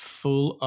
full